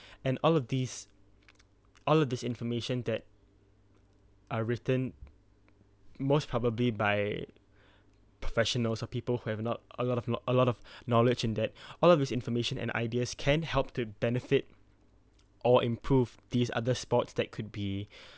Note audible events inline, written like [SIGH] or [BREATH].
[BREATH] and all of these all of this information that are written most probably by [BREATH] professionals or people who have a lot a lot of lot a lot of [BREATH] knowledge and that [BREATH] all of these information and ideas can help to benefit or [NOISE] improve these other sports that could be [BREATH]